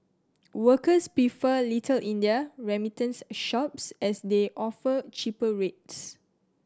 workers prefer Little India remittance shops as they offer cheaper rates